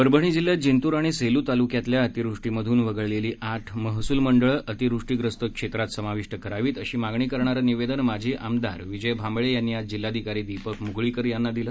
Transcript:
परभणी जिल्ह्यात जिंतूर आणि सेलू तालुक्यातल्या अतिवृष्टीमधुन वगळलेली आठ महसूल मंडळे अतिवृष्टीप्रस्त क्षेत्रात समाविष्ट करावीत अशी मागणी करणारे निवेदन माजी आमदार विजय भांबळे यांनी आज जिल्हाधिकारी दीपक मुगळीकर यांना दिले